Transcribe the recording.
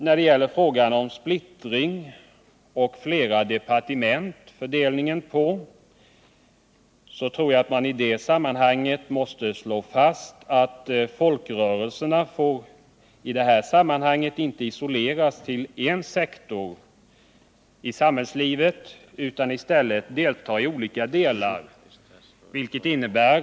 När det gäller den påtalade splittringen av statens åtgärder och fördelningen av folkrörelseärendena på flera departement, så tror jag att det är viktigt att det i detta sammanhang slås fast att folkrörelserna inte får isoleras till en sektor av samhället utan måste delta i olika delar av samhällsarbetet.